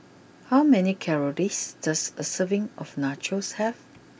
how many calories does a serving of Nachos have